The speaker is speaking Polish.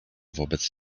wobec